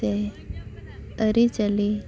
ᱥᱮ ᱟᱨᱤᱪᱟᱹᱞᱤ